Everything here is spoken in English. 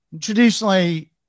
Traditionally